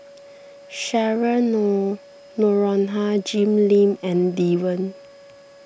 Cheryl nor Noronha Jim Lim and Lee Wen